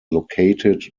located